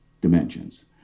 dimensions